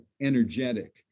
energetic